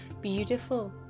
beautiful